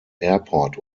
airport